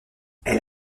elle